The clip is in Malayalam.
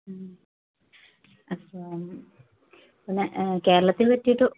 ഉം അപ്പോൾ പിന്നെ കേരളത്തെപ്പറ്റിയിട്ട്